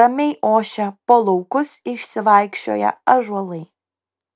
ramiai ošia po laukus išsivaikščioję ąžuolai